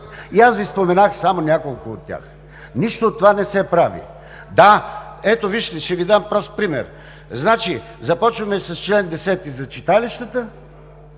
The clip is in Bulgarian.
И аз Ви споменах само няколко от тях. Нищо от това не се прави. Ето, вижте, ще Ви дам прост пример. Започваме с чл. 10 за читалищата,